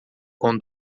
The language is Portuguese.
com